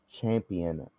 champion